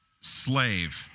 slave